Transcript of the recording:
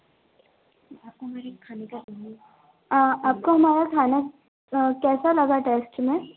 आपको हमारा खाना कैसा लगा टैस्ट में